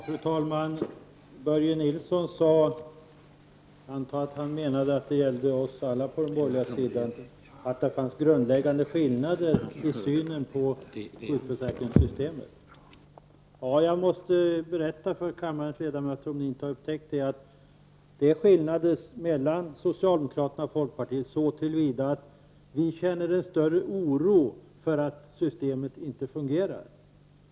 Fru talman! Börje Nilsson sade — jag antar att det gällde oss alla på den borgerliga sidan — att det fanns grundläggande skillnader i synen på sjukförsäkringssystemet. Jag måste berätta för kammarens ledamöter, om ni inte har upptäckt det, att det är skillnader mellan socialdemokraterna och folkpartiet. Vi i folkpartiet känner en större oro för att systemet inte fungerar.